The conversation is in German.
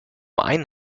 ein